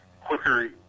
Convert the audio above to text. quicker